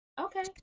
okay